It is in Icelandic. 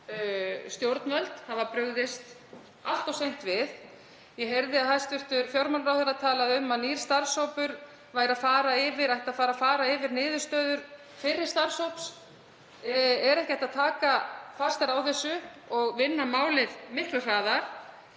stjórnvöld hafa brugðist allt of seint við. Ég heyrði að hæstv. fjármálaráðherra talaði um að nýr starfshópur ætti að fara yfir niðurstöður fyrri starfshóps. Er ekki hægt að taka fastar á þessu og vinna málið miklu hraðar?